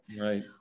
Right